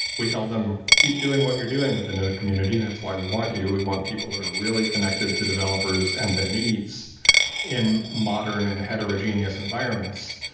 we tell them, keep doing what you're doing with the node community. that's why we want you. we want people that are really connected to developers and their needs in modern and heterogeneous environments.